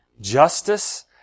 justice